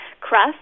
crust